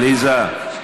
עליזה,